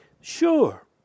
Sure